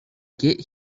get